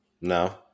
No